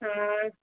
হ্যাঁ